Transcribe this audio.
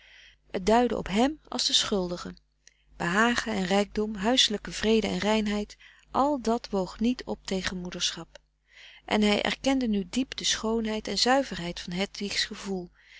het duidde op hem als den schuldige behagen en rijkdom huiselijke vrede en reinheid al dat woog niet op tegen moederschap en hij erkende nu diep de schoonheid en zuiverheid van hedwigs gevoel